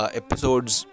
episodes